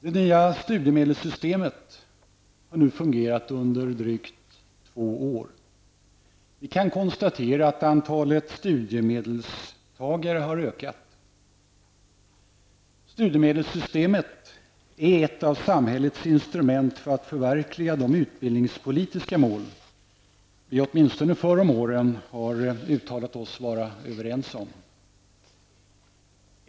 Det nya studiemedelssystemet har funnits i drygt två år. Vi kan konstatera att antalet studiemedelstagare har ökat. Studiemedelssystemet är ett av de instrument som samhället utnyttjar för att kunna uppnå de utbildningspolitiska mål som vi, åtminstone tidigare år, har uttalat att vi är överens om.